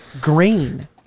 green